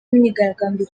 imyigaragambyo